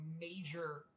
major